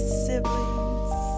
siblings